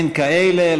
אין כאלה.